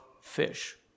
fish